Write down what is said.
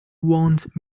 want